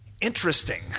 Interesting